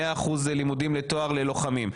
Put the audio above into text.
מאה אחוזים לימודים לתואר ללוחמים.